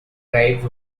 tribes